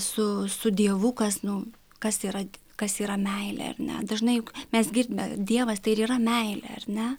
su su dievu kas nu kas yra kas yra meilė ar ne dažnai juk mes girdime dievas tai ir yra meilė ar ne